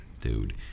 dude